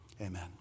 Amen